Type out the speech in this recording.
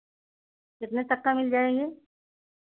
कितने तक का मिल जाएँगे